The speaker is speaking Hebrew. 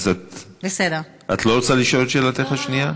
אז את לא רוצה לשאול את שאלתך השנייה?